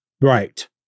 Right